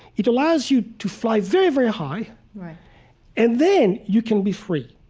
it allows you to fly very, very high right and then, you can be free.